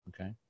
Okay